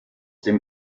dem